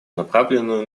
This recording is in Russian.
направленную